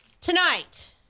tonight